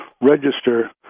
register